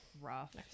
rough